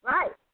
Right